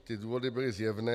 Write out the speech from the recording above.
Ty důvody byly zjevné.